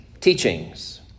teachings